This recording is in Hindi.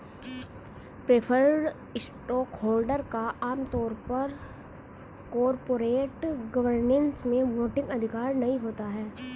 प्रेफर्ड स्टॉकहोल्डर का आम तौर पर कॉरपोरेट गवर्नेंस में वोटिंग अधिकार नहीं होता है